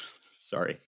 sorry